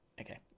Okay